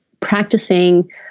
practicing